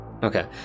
Okay